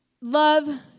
love